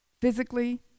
physically